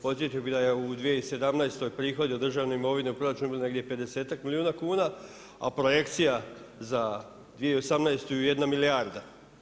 Podsjetio bih da je u 2017. prihodi od državne imovine u proračunu negdje 50-ak milijuna kuna, a projekcija za 2018. je jedna milijarda.